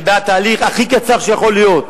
אני בעד תהליך הכי קצר שיכול להיות,